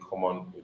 common